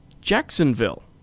Jacksonville